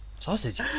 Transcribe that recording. Sausage